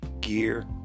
gear